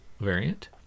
variant